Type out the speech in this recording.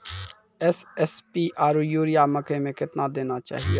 SSP आरु urea मकई मे कितना देना चाहिए?